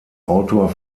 autor